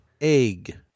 Egg